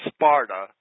Sparta